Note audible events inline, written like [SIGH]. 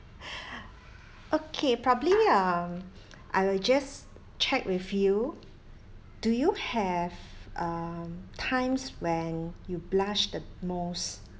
[LAUGHS] okay probably um I will just check with you do you have um times when you blush the most